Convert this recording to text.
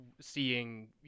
seeing